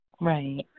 Right